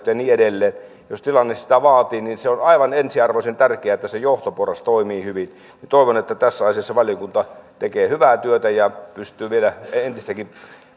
ja niin edelleen jos tilanne sitä vaatii se on aivan ensiarvoisen tärkeää että se johtoporras toimii hyvin toivon että tässä asiassa valiokunta tekee hyvää työtä ja pystyy vielä